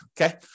okay